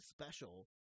special